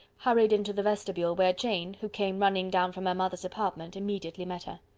hurried into the vestibule, where jane, who came running down from her mother's apartment, immediately met her.